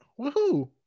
Woohoo